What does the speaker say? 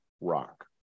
rock